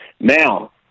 Now